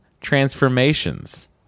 transformations